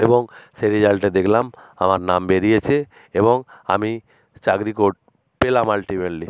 এবং সেই রেজাল্টে দেখলাম আমার নাম বেরিয়েছে এবং আমি চাকরি পেলাম আল্টিমেটলি